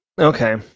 Okay